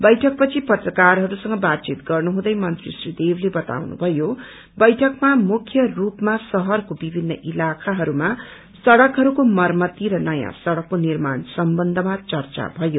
बैठक पछि पत्रकारहरूसँग बातचित गुँ हुँदै मन्त्री श्री देवले बताउनुभयो बैठकमा मुख्य रूपमा शहरको विभिन्न इलाखाहरूमा सड़कहरूको मरमती र नयाँ सड़कको निर्माण सम्बन्धमा चर्चा भयो